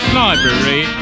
library